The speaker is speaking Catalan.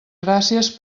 gràcies